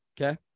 Okay